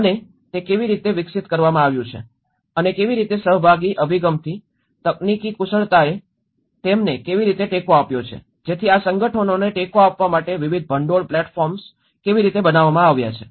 અને તે કેવી રીતે વિકસિત કરવામાં આવ્યું છે અને કેવી રીતે સહભાગી અભિગમથી તકનીકી કુશળતાએ તેમને કેવી રીતે ટેકો આપ્યો છે જેથી આ સંગઠનોને ટેકો આપવા માટે વિવિધ ભંડોળ પ્લેટફોર્મ કેવી રીતે બનાવવામાં આવ્યા છે